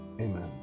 Amen